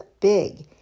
big